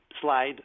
slide